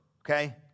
okay